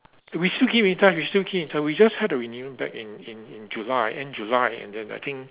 we still keep in touch we still keep in touch we just had a reunion back in in in July end July and then I think